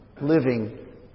Living